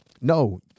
No